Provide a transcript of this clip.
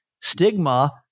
stigma